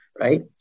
right